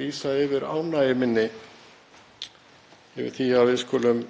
lýsa yfir ánægju minni yfir því að við skulum